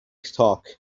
talk